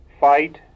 Fight